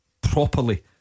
Properly